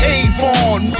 Avon